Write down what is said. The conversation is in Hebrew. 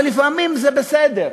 אבל לפעמים זה בסדר,